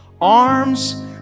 arms